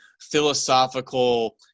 philosophical